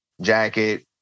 Jacket